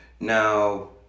Now